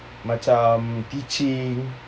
macam teaching